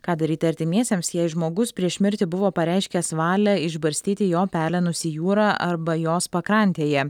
ką daryti artimiesiems jei žmogus prieš mirtį buvo pareiškęs valią išbarstyti jo pelenus į jūrą arba jos pakrantėje